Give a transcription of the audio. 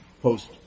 post